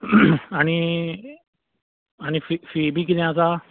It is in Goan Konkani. आनी आनी फी फी बी कितें आसा